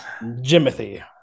Jimothy